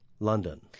London